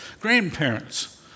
Grandparents